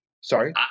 Sorry